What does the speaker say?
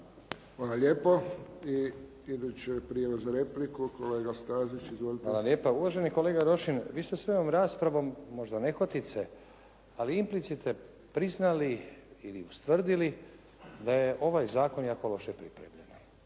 Hvala lijepo. I iduća je prijava za repliku kolega Stazić. Izvolite. **Stazić, Nenad (SDP)** Hvala lijepa. Uvaženi kolega Rošin, vi ste svojom raspravom možda nehotice ali implicite priznali ili ustvrdili da je ovaj zakon jako loše pripremljen.